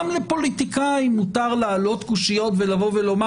גם לפוליטיקאים מותר להעלות קושיות ולבוא ולומר